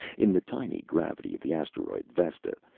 in the tiny gravity of the asteroid, vesta,